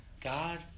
God